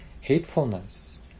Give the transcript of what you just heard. hatefulness